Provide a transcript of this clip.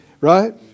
right